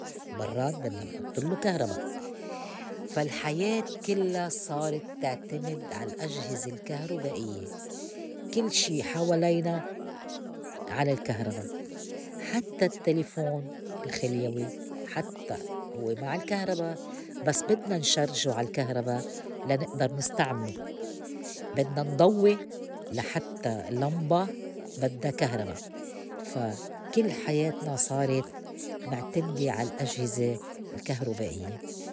برّاد بدنا نحطلّو كهربا. فا الحياة كلّا صارت تعتمد على الأجهزة الكهرُبائيّة، كل شي حوالينا على الكهربا حتّى التّلفون الخليوي حتّى هو ما عالكهربا بس بدنا نشرجو عالكهربا لنئدر نستعملو، بدنا نضويّ لحتّى لمبة بدّا كهرباء. فا كل حياتنا صارت معتمدة على الأجهزة الكهرُبائيّة.